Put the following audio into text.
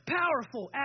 powerful